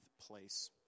place